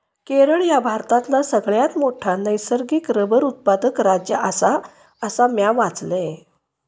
केरळ ह्या भारतातला सगळ्यात मोठा नैसर्गिक रबर उत्पादक राज्य आसा, असा म्या वाचलंय